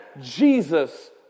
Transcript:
Jesus